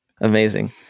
Amazing